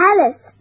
Alice